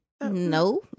No